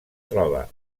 troba